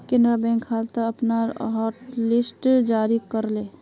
Canara bank हाल त अपनार हॉटलिस्ट जारी कर ले